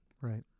Right